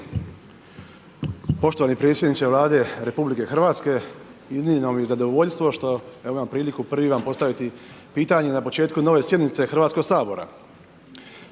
Poštovani predsjedniče Vlade RH, iznimno mi je zadovoljstvo što, evo imam priliku, prvi vam postaviti pitanje na početku nove sjednice Hrvatskog sabora.